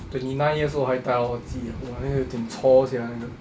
twenty nine years old 还倒垃圾 ah !wah! 那个有一点 chor sia you know